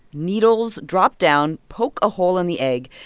needles drop down, poke a hole in the eggs.